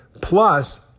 plus